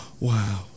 Wow